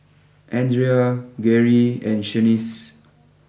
Andrea Garey and Shanice